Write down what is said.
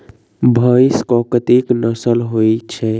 भैंस केँ कतेक नस्ल होइ छै?